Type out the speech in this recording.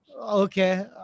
Okay